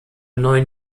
neun